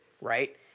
right